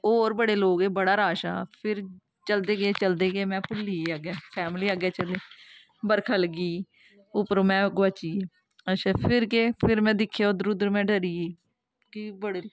होर बड़े लोक हे बड़ा रश हा फिर चलदे गे चलदे गे में भुल्ली गेई अग्गें फैमली अग्गें चली बरखा लग्गी गेई उप्परों में गोआची गेई अच्छा फिर केह् फिर में दिक्खेआ इद्धर उद्धर में डरी गेई कि बड़े